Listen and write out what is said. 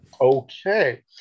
Okay